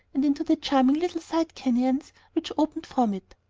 and into the charming little side canyons which opened from it.